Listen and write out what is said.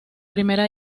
primera